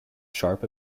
sharp